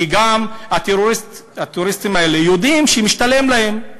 כי גם הטרוריסטים האלה יודעים שמשתלם להם.